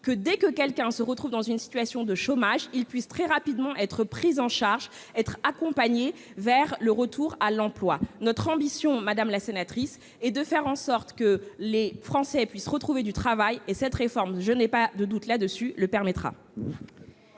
que toute personne se retrouvant au chômage puisse très rapidement être prise en charge et accompagnée vers un retour à l'emploi. Notre ambition, madame la sénatrice, est de faire en sorte que les Français puissent retrouver du travail. Cette réforme, je n'ai aucun doute à ce sujet, le permettra